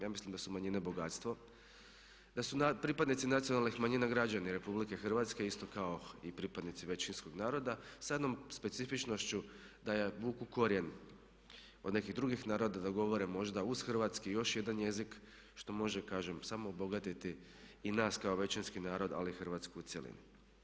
Ja mislim da su manjine bogatstvo, da su pripadnici nacionalnih manjina građani Republike Hrvatske isto kao i pripadnici većinskog naroda sa jednom specifičnošću da vuku korijen od nekih drugih naroda, da govore možda uz hrvatski još jedan jezik što može kažem samo obogatiti i nas kao većinski narod ali i Hrvatsku u cjelini.